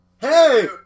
Hey